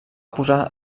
posar